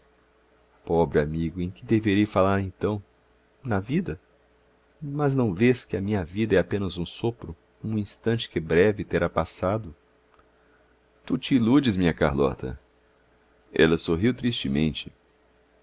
pobre amigo em que deverei falar então na vida mas não vês que a minha vida é apenas um sopro um instante que breve terá passado tu te iludes minha carlota ela sorriu tristemente